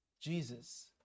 Jesus